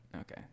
Okay